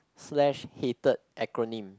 slash hated acronym